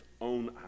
own